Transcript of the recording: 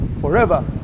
forever